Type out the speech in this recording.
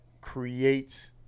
creates